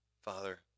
Father